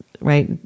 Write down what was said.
right